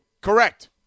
Correct